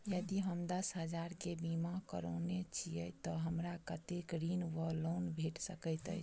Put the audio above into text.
यदि हम दस हजार केँ बीमा करौने छीयै तऽ हमरा कत्तेक ऋण वा लोन भेट सकैत अछि?